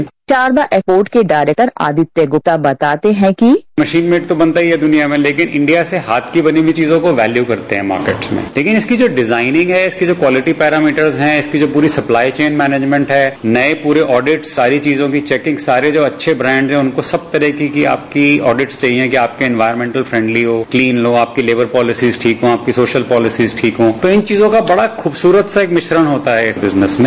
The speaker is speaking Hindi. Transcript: शारदा एक्सपोर्ट के डायरेक्टर आदित्य गुप्ता बताते हैं मशीन में एक तो बनता है दुनिया में लेकिन इंडिया से हाथ की बनी हुई चीजों का वैल्यू करते है मार्केट्स में लेकिन इसकी जो डिजाइनिंग है इसकी जो क्वालिटी है पैरामीटर्स है इसकी जो पूरी सप्लाई चैन मैनेजमेंट है नये पूरे आडेट सारी चीजों की चेकिंग सारे जो अच्छे ब्रांड है उनको सब तरीके की आपकी आडिट्स चाहिये कि आपके इंवारमेंटल फ्रैंडली हो क्लीन हो आपकी लेबर पालिसीस ठीक हो आपकी सोशल पालिसीस ठीक हो तो इन चीजों का बड़ा एक खुबसूरत सा एक मिश्रण होता है इस बिजनेस में